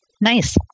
Nice